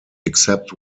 except